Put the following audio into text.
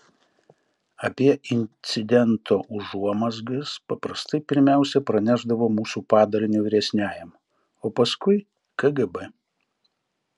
apie incidento užuomazgas paprastai pirmiausiai pranešdavo mūsų padalinio vyresniajam o paskui kgb